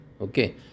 Okay